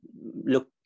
look